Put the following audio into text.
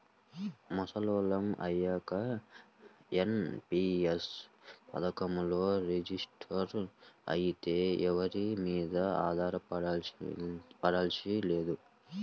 ముసలోళ్ళం అయ్యాక ఎన్.పి.యస్ పథకంలో రిజిస్టర్ అయితే ఎవరి మీదా ఆధారపడాల్సింది లేదు